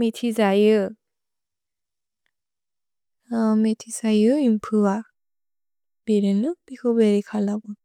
मिति जयु। औमेति जयु इन् पुअ। भिरेनु, बिको बेरि कलबु।